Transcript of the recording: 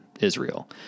Israel